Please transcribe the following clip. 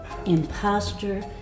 Imposter